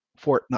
Fortnite